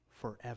forever